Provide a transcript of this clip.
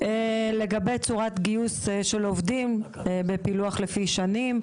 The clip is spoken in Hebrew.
לגבי צורת גיוס של עובדים בפילוח לפי שנים,